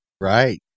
Right